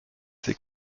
c’est